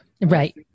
Right